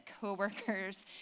co-workers